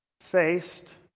faced